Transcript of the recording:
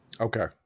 Okay